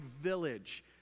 village